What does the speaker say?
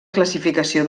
classificació